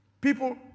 People